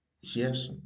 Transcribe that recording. yes